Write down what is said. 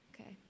Okay